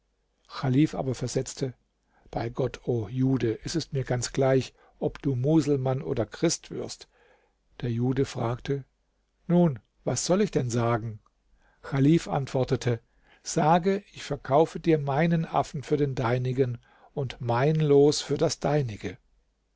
aber versetzte bei gott o jude es ist mir ganz gleich ob du muselmann oder christ wirst der jude fragte nun was soll ich denn sagen chalif antwortete sage ich verkaufe dir meinen affen für den deinigen und mein los für das deinige